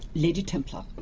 lady templar,